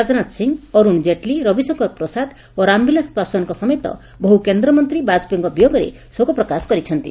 ରାଜନାଥ ସିଂ ଅରୁଶ୍ କେଟ୍ଲୀ ରବିଶଙ୍କର ପ୍ରସାଦ ଓ ରାମବିଳାସ ପାଶ୍ୱାନ୍ଙ୍କ ସମେତ ବହୁ କେନ୍ଦ୍ରମନ୍ତୀ ବାଜପେୟୀଙ୍କ ବିୟୋଗରେ ଶୋକ ପ୍ରକାଶ କରିଛନ୍ତି